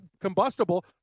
combustible